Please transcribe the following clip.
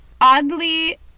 oddly